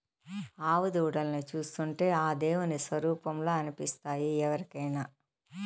ఆవు దూడల్ని చూస్తుంటే ఆ దేవుని స్వరుపంలా అనిపిస్తాయి ఎవరికైనా